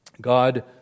God